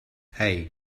hey